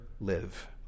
live